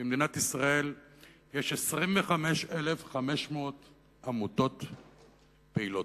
במדינת ישראל יש 25,500 עמותות פעילות.